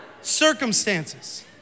circumstances